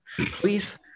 please